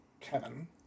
Kevin